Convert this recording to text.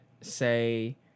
say